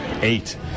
eight